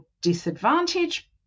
disadvantage